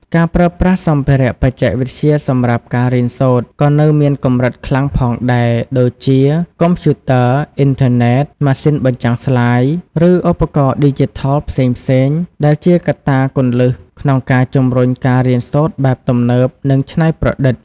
ការប្រើប្រាស់សម្ភារៈបច្ចេកវិទ្យាសម្រាប់ការរៀនសូត្រ ក៏នៅមានកម្រិតខ្លាំងផងដែរ ដូចជា កុំព្យូទ័រ អុីនធឺណេត ម៉ាស៊ីនបញ្ចាំងស្លាយ ឬឧបករណ៍ឌីជីថលផ្សេងៗ ដែលជាកត្តាគន្លឹះក្នុងការជំរុញការរៀនសូត្របែបទំនើប និងច្នៃប្រឌិត។